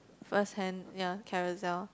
first hand ya carousell